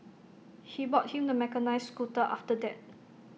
he bought him the mechanised scooter after that